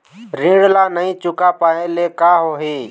ऋण ला नई चुका पाय ले का होही?